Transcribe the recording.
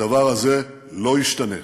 הדבר הזה לא ישתנה.